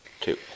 Two